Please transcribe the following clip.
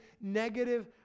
negative